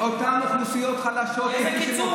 אותן אוכלוסיות חלשות, איזה קיצוץ?